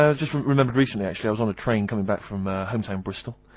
ah just remembered recently actually, was on a train coming back from err hometown bristol,